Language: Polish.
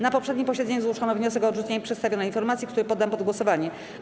Na poprzednim posiedzeniu zgłoszono wniosek o odrzucenie przedstawionej informacji, który poddam pod głosowanie.